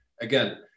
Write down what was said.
Again